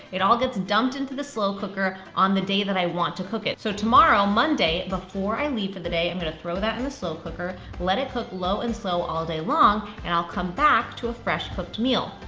it all gets dumped into the slow cooker on the day that i want to cook it. so tomorrow, monday, before i leave for the day, i'm gonna throw that in the slow cooker, let it cook low and slow all day long, and i'll come back to a fresh cooked meal.